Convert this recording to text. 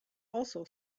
also